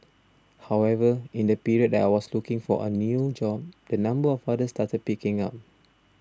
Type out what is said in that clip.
however in the period that I was looking for a new job the number of orders started picking up